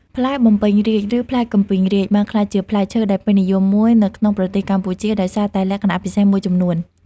ផ្លែបំពេញរាជ្យ ឬផ្លែកំពីងរាជ បានក្លាយជាផ្លែឈើដែលពេញនិយមមួយនៅក្នុងប្រទេសកម្ពុជាដោយសារតែលក្ខណៈពិសេសមួយចំនួន។